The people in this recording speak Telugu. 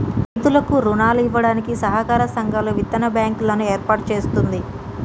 రైతులకు రుణాలు ఇవ్వడానికి సహకార సంఘాలు, విత్తన బ్యాంకు లను ఏర్పాటు చేస్తుంది